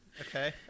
okay